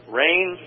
rain